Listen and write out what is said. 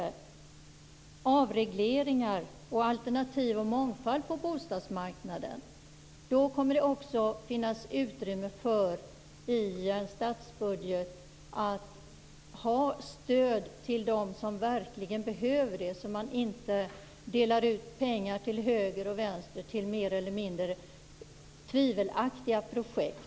Det behövs avregleringar, alternativ och mångfald på bostadsmarknaden. Då kommer det också att finnas utrymmme för att i en statsbudget ge stöd till dem som verkligen behöver det. Man skall inte dela ut pengar till höger och vänster till mer eller mindre tvivelaktiga projekt.